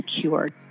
cured